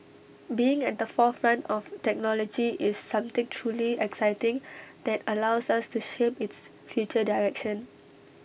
being at the forefront of technology is something truly exciting that allows us to shape its future direction